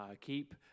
Keep